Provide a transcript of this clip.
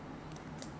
yah 比较 smooth